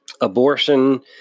Abortion